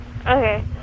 Okay